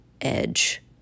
edge